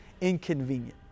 inconvenient